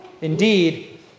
Indeed